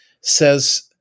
says